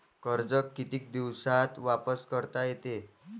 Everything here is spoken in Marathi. कर्ज कितीक दिवसात वापस करता येते?